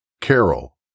Carol